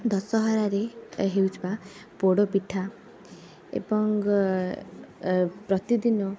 ଦଶହରାରେ ହେଉଥିବା ପୋଡ଼ ପିଠା ଏବଂ ପ୍ରତିଦିନ